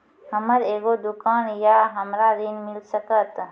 हमर एगो दुकान या हमरा ऋण मिल सकत?